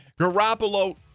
Garoppolo